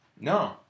No